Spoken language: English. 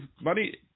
money